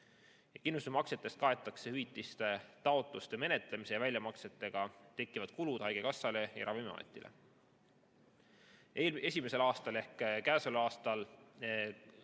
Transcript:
Kindlustusmaksetest kaetakse hüvitise taotluste menetlemise ja väljamaksetega tekkivad kulud haigekassale ja Ravimiametile. Esimesel aastal ehk käesoleval aastal